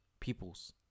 peoples